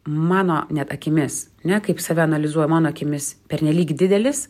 mano net akimis ne kaip save analizuoja mano akimis pernelyg didelis